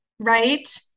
right